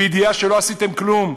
בידיעה שלא עשיתם כלום?